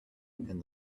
and